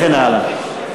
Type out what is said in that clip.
וכן הלאה.